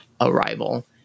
arrival